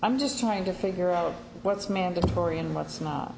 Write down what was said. i'm just trying to figure out what's mandatory and what's not